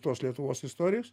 tos lietuvos istorijos